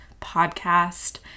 podcast